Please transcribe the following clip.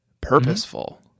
purposeful